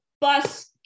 bus